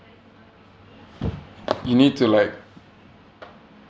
you need to like